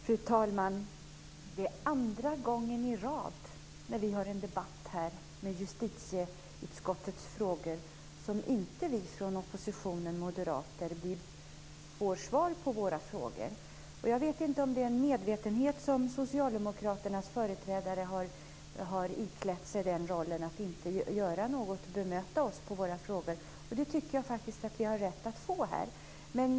Fru talman! Detta är andra gången i rad vi har en debatt med justitieutskottets frågor och vi moderater i oppositionen inte får svar på våra frågor. Jag vet inte om det är medvetet som Socialdemokraternas företrädare väljer att inte bemöta våra frågor, men jag tycker faktiskt att vi har rätt att få svar.